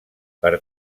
per